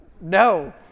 No